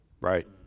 Right